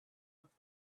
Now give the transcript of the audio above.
off